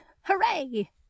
Hooray